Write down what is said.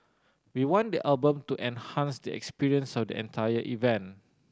we want the album to enhance the experience of the entire event